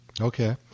Okay